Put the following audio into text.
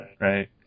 Right